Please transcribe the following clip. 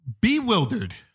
bewildered